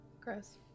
gross